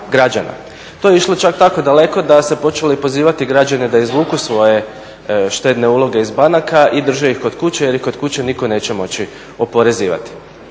To je išlo čak tako daleko da se počelo i pozivati građane da izvuku svoje štedne uloge iz banaka i drže ih kod kuće jer ih kod kuće nitko neće moći oporezivati.